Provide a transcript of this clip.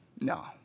No